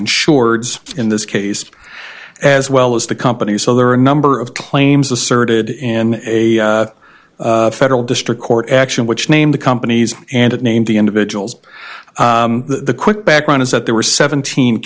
insureds in this case as well as the companies so there are a number of claims asserted in a federal district court action which named the companies and named the individuals the quick background is that there were seventeen